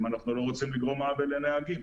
אם אנחנו לא רוצים לגרום עוול לנהגים.